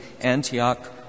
Antioch